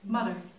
Mother